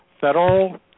federal